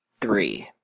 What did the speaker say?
three